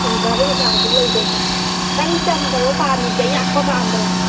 silver ꯀꯩꯀꯥꯁꯨ ꯂꯩꯖꯩ ꯈꯤꯇꯪ ꯆꯝꯕꯔꯣ ꯄꯥꯝꯃꯤꯁꯦ ꯑꯌꯥꯛꯄ ꯄꯥꯝꯕꯔꯣ